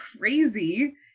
crazy